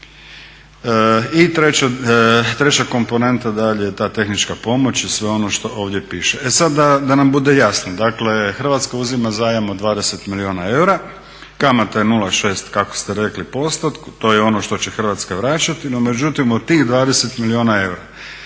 I treća komponenta dalje je ta tehnička pomoć i sve ono što ovdje piše. E sad da nam bude jasno. Dakle, Hrvatska uzima zajam od 20 milijuna eura, kamata je 0,6 kako ste rekli posto. To je ono što će Hrvatska vraćati. No međutim, od tih 20 milijuna eura